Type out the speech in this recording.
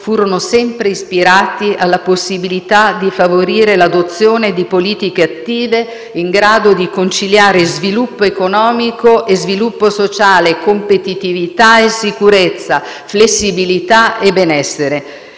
furono sempre ispirati alla possibilità di favorire l'adozione di politiche attive in grado di conciliare sviluppo economico e sviluppo sociale, competitività e sicurezza, flessibilità e benessere.